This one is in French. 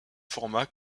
format